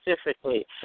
specifically